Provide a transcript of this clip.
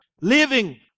living